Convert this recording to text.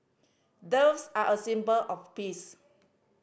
doves are a symbol of peace